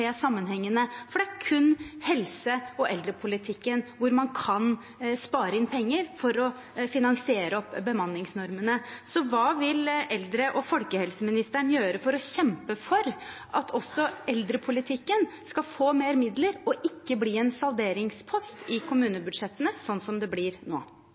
for det er kun i helse- og eldrepolitikken man kan spare inn penger for å finansiere opp bemanningsnormene. Hva vil eldre- og folkehelseministeren gjøre for å kjempe for at også eldrepolitikken skal få flere midler og ikke bli en salderingspost i kommunebudsjettene, slik som den blir nå?